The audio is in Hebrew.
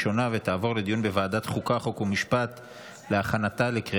לוועדת החוקה, חוק ומשפט נתקבלה.